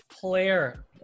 player